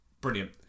brilliant